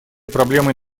проблемой